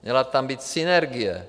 Měla tam být synergie.